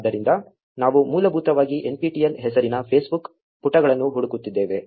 ಆದ್ದರಿಂದ ನಾವು ಮೂಲಭೂತವಾಗಿ nptel ಹೆಸರಿನ Facebook ಪುಟಗಳನ್ನು ಹುಡುಕುತ್ತಿದ್ದೇವೆ